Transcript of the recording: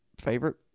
favorite